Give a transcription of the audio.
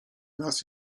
nas